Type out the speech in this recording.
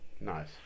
Nice